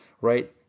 right